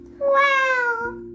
wow